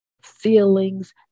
feelings